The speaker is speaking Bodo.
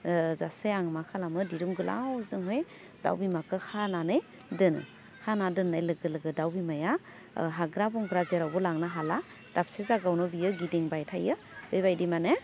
ओह जासे आं मा खालामो दिरुं गोलावजोंहै दाउ बिमाखो खानानै दोनो खाना दोननाय लोगो लोगो दाउ बिमाया ओह हाग्रा बंग्रा जेरावबो लांनो हाला दाबसे जागायावनो बियो गिदिंबाय थायो बेबायदि माने